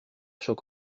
chocs